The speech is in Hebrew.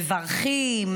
מברכים,